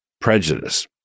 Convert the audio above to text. prejudice